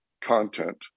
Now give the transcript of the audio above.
content